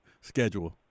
schedule